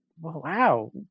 Wow